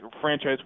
franchise